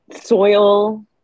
soil